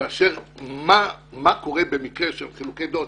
באשר למה שקורה במקרה של חילוקי דעות,